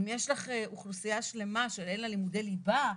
אם יש לך אוכלוסייה גדולה שאין לה לימודי ליבה,